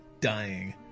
dying